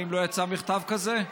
האם לא יצא מכתב כזה,